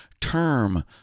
term